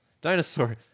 Dinosaur